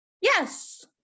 Yes